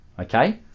okay